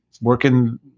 working